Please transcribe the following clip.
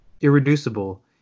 irreducible